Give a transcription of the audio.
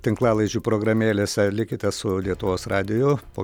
tinklalaidžių programėlėse likite su lietuvos radiju po